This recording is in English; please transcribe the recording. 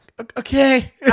Okay